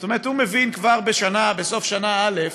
זאת אומרת, הוא מבין כבר בסוף שנה א'